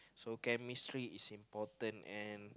so chemistry is important and